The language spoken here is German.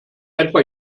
etwa